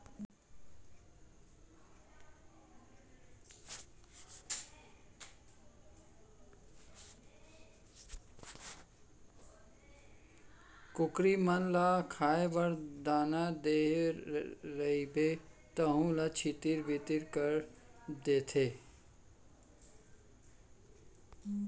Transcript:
कुकरी मन ल खाए बर दाना देहे रइबे तेहू ल छितिर बितिर कर डारथें